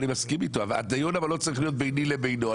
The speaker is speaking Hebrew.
אבל הדיון לא צריך להיות ביני לבינו.